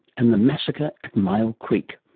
and the massacre at myall creek.